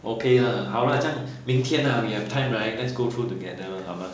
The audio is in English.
okay ah 好啦这样明天 ah we have time right let's go through together lah 好吗